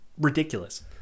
ridiculous